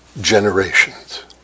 generations